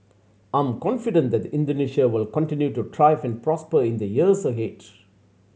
I am confident that Indonesia will continue to thrive and prosper in the years ahead